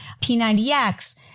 P90X